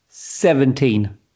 Seventeen